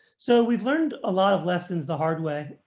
so we've learned a lot of lessons the hard way.